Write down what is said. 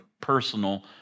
personal